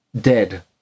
dead